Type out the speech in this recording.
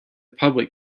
public